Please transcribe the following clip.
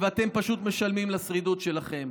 ואתם פשוט משלמים לשרידות שלכם.